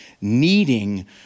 needing